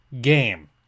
game